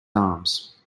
arms